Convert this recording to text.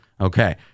Okay